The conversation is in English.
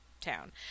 town